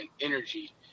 energy